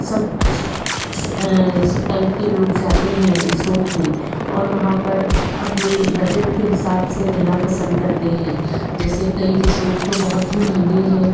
सब सब टाइप के लोग जाते हैं रिसोर्ट में और वहाँ पर बजट के हिसाब से रहना पसंद करते हैं जैसे कई रिसोर्ट तो बहुत ही महंगे हैं